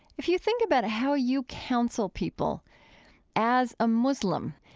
if you think about how you counsel people as a muslim,